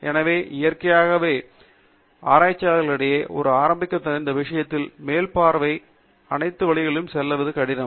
எனவே இயற்கையாகவே ஆராய்ச்சியாளர்களுக்கிடையில் ஒரு ஆரம்பிக்காக இந்த விஷயத்தின் மேல் பார்வையைப் பெற இந்த அனைத்து வழிகளிலும் செல்ல மிகவும் கடினம்